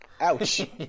Ouch